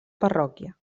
parròquia